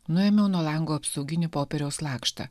nuėmiau nuo lango apsauginį popieriaus lakštą